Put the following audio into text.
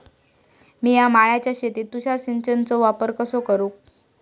मिया माळ्याच्या शेतीत तुषार सिंचनचो वापर कसो करू?